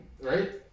right